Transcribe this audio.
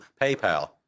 PayPal